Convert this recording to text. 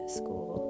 school